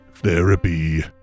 therapy